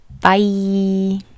bye